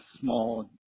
small